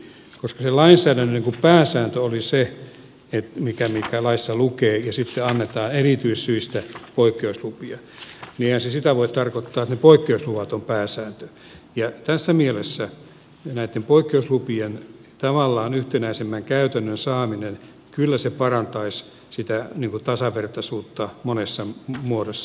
koska se lainsäädännön pääsääntö oli se mikä laissa lukee ja sitten annetaan erityissyistä poikkeuslupia niin eihän se sitä voi tarkoittaa että ne poikkeusluvat ovat pääsääntö ja tässä mielessä näitten poikkeuslupien tavallaan yhtenäisemmän käytännön saaminen kyllä parantaisi sitä tasavertaisuutta monessa muodossa